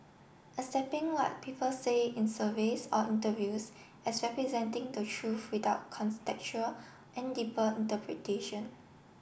accepting what people say in surveys or interviews as representing the truth without contextual and deeper interpretation